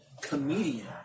Comedian